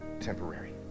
temporary